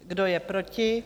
Kdo je proti?